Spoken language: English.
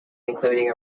including